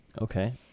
Okay